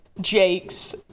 Jake's